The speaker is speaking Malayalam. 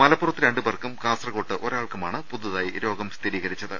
മലപ്പുറത്ത് രണ്ടുപേർക്കും കാസർകോട്ട് ഒരാൾക്കു മാണ് പുതുതായി രോഗം സ്ഥിരീകരിച്ചത്